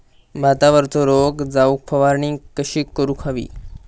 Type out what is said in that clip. भातावरचो रोग जाऊक फवारणी कशी करूक हवी?